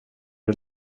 det